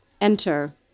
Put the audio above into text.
Enter